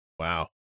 Wow